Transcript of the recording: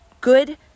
good